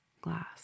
glass